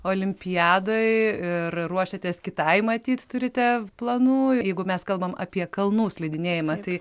olimpiadoje ir ruošiatės kitai matyt turite planų jeigu mes kalbam apie kalnų slidinėjimą tai